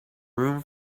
room